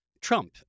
Trump